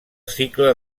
cicle